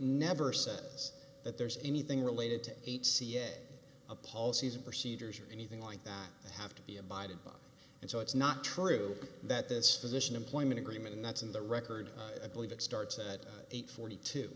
never says that there's anything related to eight ca a policies and procedures or anything like that have to be abided by and so it's not true that this physician employment agreement and that's in the record i believe it starts at eight forty two